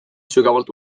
sügavalt